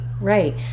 right